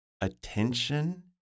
attention